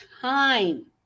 time